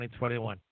2021